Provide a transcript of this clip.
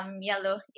Yellow